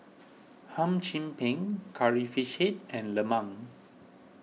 Hum Chim Peng Curry Fish Head and Lemang